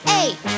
Hey